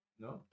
no